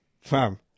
Fam